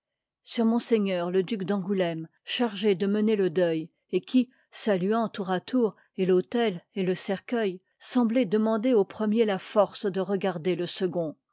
ii m le duc d'angouléme chargé de mener le deuil et qui saluant tour à tour et l'autel et le cercueil sembloit demander au premier la force de regarderie second